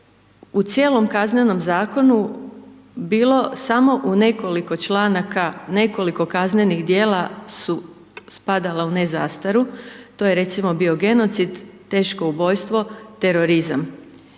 u cijelom Kaznenom zakonu bilo samo u nekoliko članaka, nekoliko kaznenih djela su spadala u ne zastaru to je recimo bio genocid, teško ubojstvo, terorizam.